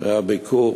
היה הביקור